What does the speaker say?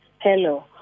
hello